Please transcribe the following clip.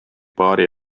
paari